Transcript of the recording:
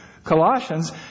Colossians